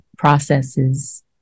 processes